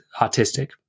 autistic